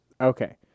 Okay